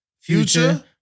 future